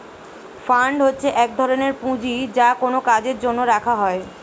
fund হচ্ছে এক ধরনের পুঁজি যা কোনো কাজের জন্য রাখা হয়